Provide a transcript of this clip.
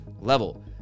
level